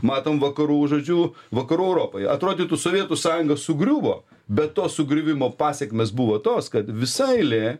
matom vakarų žodžiu vakarų europoje atrodytų sovietų sąjunga sugriuvo bet to sugriuvimo pasekmės buvo tos kad visa eilė